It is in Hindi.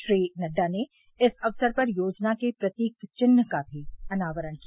श्री नड्डा ने इस अवसर पर योजना के प्रतीक विन्ह का अनावरण भी किया